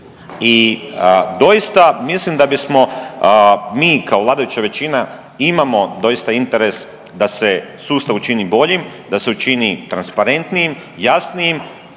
I doista mislim da bismo mi kao vladajuća većina imamo doista interes da se sustav učini boljim, da se učini transparentnijim, jasnijim.